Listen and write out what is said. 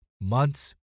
months